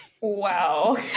Wow